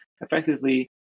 effectively